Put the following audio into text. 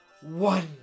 one